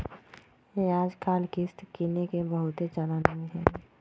याजकाल किस्त किनेके बहुते चलन में हइ